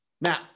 Now